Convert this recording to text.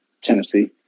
Tennessee